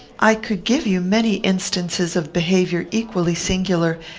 i could give you many instances of behaviour equally singular,